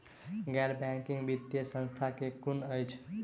गैर बैंकिंग वित्तीय संस्था केँ कुन अछि?